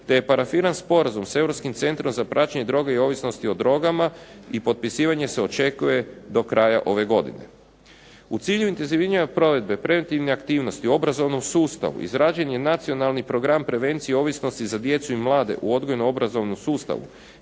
te je parafiran sporazum s Europskim centrom za praćenje droga i ovisnosti o drogama i potpisivanje se očekuje do kraja ove godine. U cilju intenziviranja provedbe i preventivnih aktivnosti obrazovnom sustavu izrađen je Nacionalni program prevencije ovisnosti za djecu i mlade u odgojno obrazovnom sustavu,